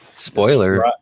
Spoiler